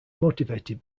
motivated